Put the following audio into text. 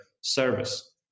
service